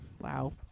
Wow